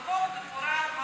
ובחוק מפורט מה